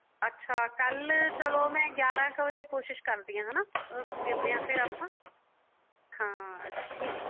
ਅੱਛਾ ਕੱਲ ਚੱਲੋ ਮੈਂ ਗਿਆਰਾਂ ਕੁ ਵਜੇ ਕੋਸ਼ਿਸ਼ ਕਰਦੀ ਹਾਂ ਹੈ ਨਾ ਮਿਲਦੇ ਹਾਂ ਫਿਰ ਆਪਾਂ ਹਾਂ ਠੀ